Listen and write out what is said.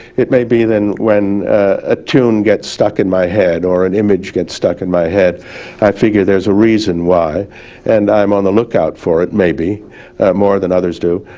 it maybe then when a tune gets stuck in my head or an image gets stuck in my head figure there's a reason why and i'm on the lookout for it maybe more than others do,